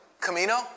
Camino